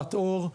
מחלת עור,